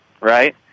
right